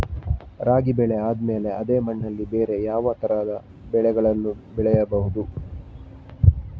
ರಾಗಿ ಬೆಳೆ ಆದ್ಮೇಲೆ ಅದೇ ಮಣ್ಣಲ್ಲಿ ಬೇರೆ ಯಾವ ತರದ ಬೆಳೆಗಳನ್ನು ಬೆಳೆಯಬಹುದು?